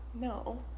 No